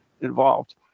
involved